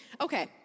Okay